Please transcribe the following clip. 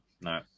no